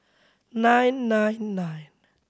nine nine nine